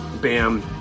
Bam